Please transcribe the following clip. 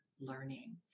learning